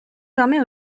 permet